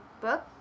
book